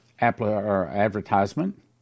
advertisement